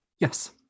yes